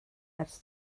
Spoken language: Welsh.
ers